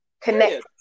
connect